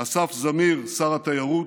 אסף זמיר, שר התיירות,